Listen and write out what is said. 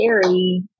scary